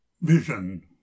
vision